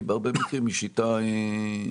כי בהרבה מקרים היא שיטה מקפחת,